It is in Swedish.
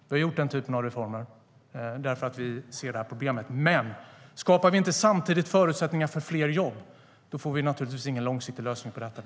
Vi har gjort den typen av reformer därför att vi ser det här problemet. Men skapar vi inte samtidigt förutsättningar för fler jobb får vi naturligtvis ingen långsiktig lösning på detta.